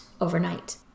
overnight